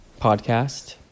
podcast